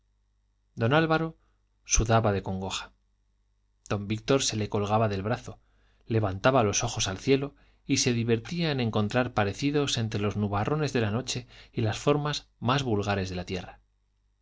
don álvaro sudaba de congoja don víctor se le colgaba del brazo levantaba los ojos al cielo y se divertía en encontrar parecidos entre los nubarrones de la noche y las formas más vulgares de la tierra mire